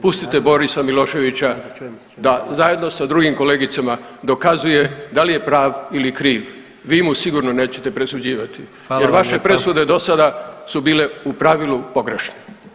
Pustite Borisa Miloševića da zajedno sa drugim kolegicama dokazuje da li je prav ili kriv, vi mu sigurno nećete presuđivati [[Upadica predsjednik: Hvala vam lijepa.]] jer vaše presude do sada su bile u pravilu pogrešne.